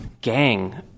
gang